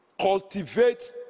Cultivate